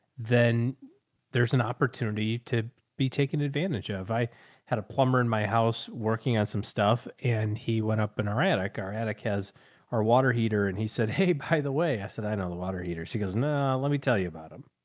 then there's an opportunity to be taken advantage of. i had a plumber in my house working on some stuff and he went up in our attic. our attic has our water heater and he said, hey, by the way, i said, i know the water heater. she goes, nah, let me tell you about them.